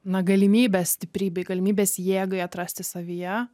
na galimybės stiprybei galimybės jėgai atrasti savyje